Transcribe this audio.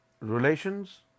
relations